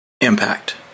impact